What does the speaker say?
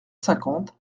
cinquante